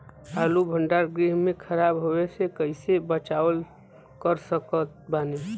आलू भंडार गृह में खराब होवे से कइसे बचाव कर सकत बानी?